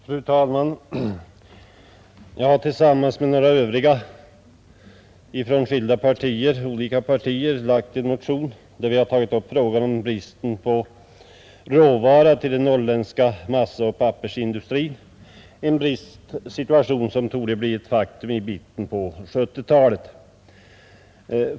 Fru talman! Jag har tillsammans med några ledamöter från olika partier lagt fram en motion, där vi tagit upp frågan om bristen på råvara till den norrländska massaoch pappersindustrin. En bristsituation torde bli ett faktum i mitten av 1970-talet.